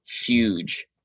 huge